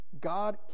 God